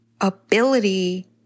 ability